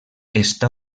està